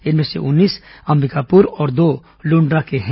इनमें से उन्नीस अंबिकापुर और दो लुण्ड्रा के हैं